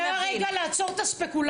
רגע אחד, לעצור את הספקולציות.